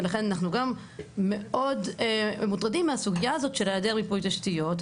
ולכן אנחנו גם מאוד מוטרדים מהסוגיה הזאת של העדר מיפוי תשתיות.